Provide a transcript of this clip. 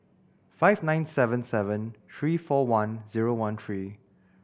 five nine seven seven three four one zero one three